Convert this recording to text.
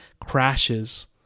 crashes